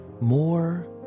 more